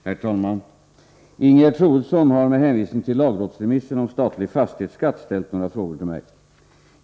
Herr talman! Ingegerd Troedsson har med hänvisning till lagrådsremissen om statlig fastighetsskatt ställt några frågor till mig.